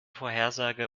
vorhersage